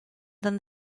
than